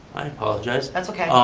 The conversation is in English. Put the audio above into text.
i apologize. that's okay.